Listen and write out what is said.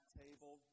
table